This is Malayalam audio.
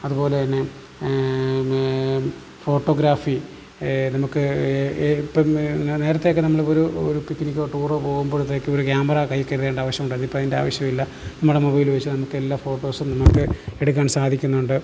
അതുപോലെ തന്നെ ഫോട്ടോഗ്രാഫി നമുക്ക് എപ്പം എന്നാൽ നേരത്തെയൊക്കെ നമ്മളിപ്പം ഒരു ഒരു പിക്നിക്കോ ടൂറോ പോവുമ്പോഴത്തേക്ക് ഒരു ക്യാമറ കയ്യിൽ കരുതേണ്ട ആവശ്യമുണ്ടായിരുന്നു ഇപ്പം അതിൻ്റെ ആവശ്യമില്ല നമ്മളെ മൊബൈൽ വച്ച് നമുക്ക് എല്ലാ ഫോട്ടോസും നമുക്ക് എടുക്കാൻ സാധിക്കുന്നുണ്ട്